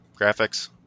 graphics